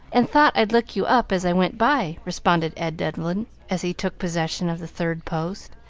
and thought i'd look you up as i went by, responded ed devlin, as he took possession of the third post,